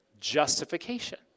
justification